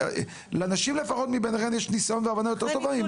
לנשים לפחות מבינכן יש ניסיון והבנה יותר טובים ממני.